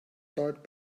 start